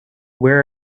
where